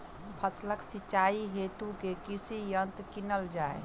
फसलक सिंचाई हेतु केँ कृषि यंत्र कीनल जाए?